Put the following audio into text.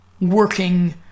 working